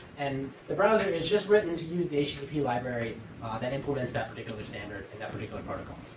and the browser is just written to use the http library that implements that particular standard and that particular protocol.